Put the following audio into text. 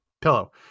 pillow